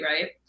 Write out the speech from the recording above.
Right